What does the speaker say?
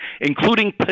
including